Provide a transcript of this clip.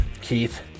Keith